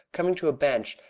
coming to a bench,